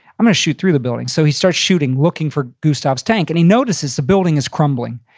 i'm gonna shoot through the building. so he starts shooting looking for gustav's tank, and he notices the building is crumbling.